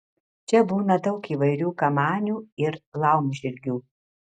čia būna daug įvairių kamanių ir laumžirgių